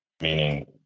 Meaning